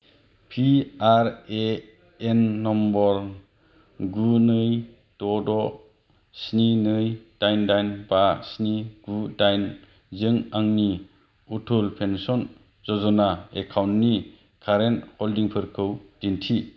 P R A N number गु नै द' द' स्नि नै दाइन दाइन बा स्नि गु दाइनजों आंनि अटल पेन्सन य'जना एकाउन्टनि कारेन्ट हल्डिंफोरखौ दिन्थि